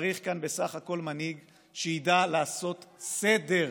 צריך כאן בסך הכול מנהיג שידע לעשות סדר,